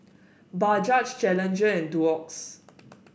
Bajaj Challenger and Doux